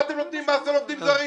מה אתם נותנים מס על עובדים זרים?